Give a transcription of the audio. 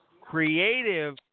Creative